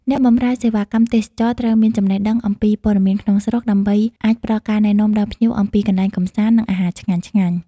អ្នកបម្រើសេវាកម្មទេសចរណ៍ត្រូវមានចំណេះដឹងអំពីព័ត៌មានក្នុងស្រុក ដើម្បីអាចផ្តល់ការណែនាំដល់ភ្ញៀវអំពីកន្លែងកម្សាន្ត និងអាហារឆ្ងាញ់ៗ។